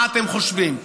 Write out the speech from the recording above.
מה אתם חושבים,